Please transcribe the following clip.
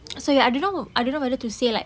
so ya I don't know I don't know whether to say like